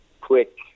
quick